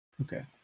Okay